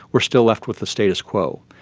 we are still left with the status quo.